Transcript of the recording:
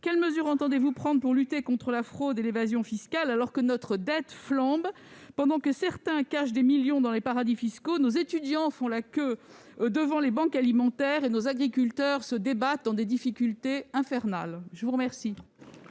quelles mesures entendez-vous prendre pour lutter contre la fraude et l'évasion fiscale alors que notre dette flambe ? Pendant que certains cachent des millions dans les paradis fiscaux, nos étudiants font la queue devant les banques alimentaires et nos agriculteurs se débattent dans des difficultés infernales ? La parole